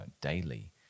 daily